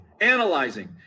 analyzing